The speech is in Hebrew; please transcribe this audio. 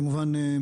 כמובן,